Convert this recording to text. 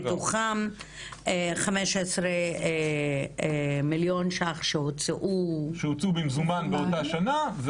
מתוכם 15 מיליון ש"ח שהוצאו --- שהוצאו במזומן באותה שנה,